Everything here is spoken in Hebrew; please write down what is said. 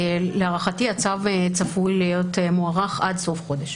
להערכתי הצו צפוי להיות מוערך עד סוף החודש.